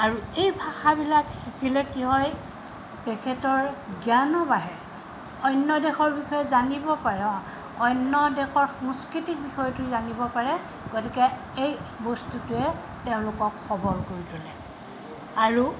আৰু এই ভাষাবিলাক শিকিলে কি হয় তেখেতৰ জ্ঞানো বাঢ়ে অন্য দেশৰ বিষয়ে জানিব পাৰে অন্য দেশৰ সংস্কৃতিক বিষয়টো জানিব পাৰে গতিকে এই বস্তুটোৱে তেওঁলোকক সবল কৰি তোলে আৰু